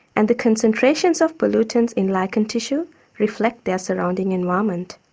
and the concentrations of pollutants in lichen tissue reflect their surrounding environment.